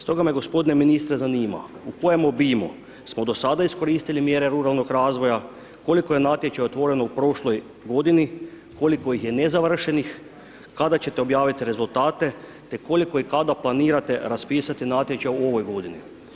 Stoga me g. ministre zanima, u kojem obimu, smo do sada iskoristili mjere ruralnog razvoja, koliko je natječaja otvoreno u prošloj godini, koliko ih je nezavršenih, kada ćete objaviti rezultate, te koliko i kada planirate raspisati natječaj o ovoj godini.